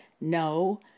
no